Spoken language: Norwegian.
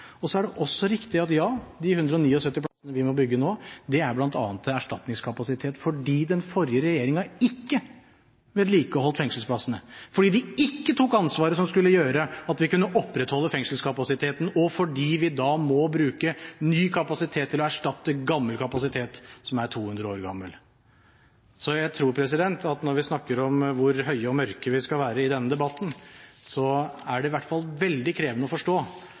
Så er det også riktig at de 179 plassene vi nå må bygge, bl.a. er til erstatningskapasitet, fordi den forrige regjeringen ikke vedlikeholdt fengselsplassene, fordi de ikke tok ansvar slik at vi kunne opprettholde fengselskapasiteten, og fordi vi da må bruke ny kapasitet til å erstatte gammel kapasitet, som er 200 år gammel. Så når vi snakker om hvor høye og mørke vi skal være i denne debatten, er det i hvert fall veldig krevende å forstå